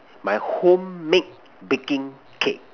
my home made baking cake